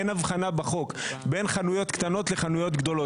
אין הבחנה בחוק בין חנויות קטנות לחנויות גדולות.